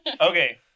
Okay